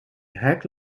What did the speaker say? hack